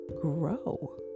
grow